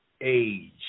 age